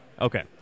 Okay